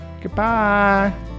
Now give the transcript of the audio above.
Goodbye